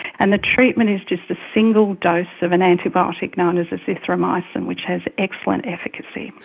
and the treatment is just a single dose of an antibiotic known as azithromycin, which has excellent efficacy.